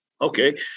Okay